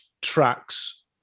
tracks